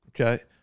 Okay